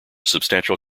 substantial